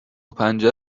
پنجه